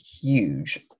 huge